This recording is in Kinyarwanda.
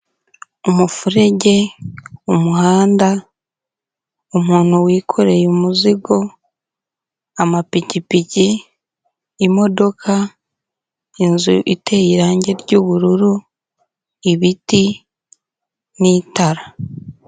Umufurege, umuhanda, umuntu wikoreye umuzigo, amapikipiki, imodoka, inzu iteye irangi ry'ubururu, ibiti n'itara.